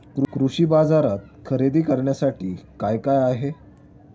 कृषी बाजारात खरेदी करण्यासाठी काय काय आहे?